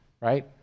right